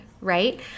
right